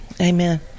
Amen